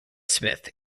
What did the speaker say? smith